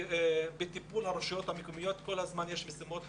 בטיפול הרשויות כאשר כל הזמן יש משימות חדשות.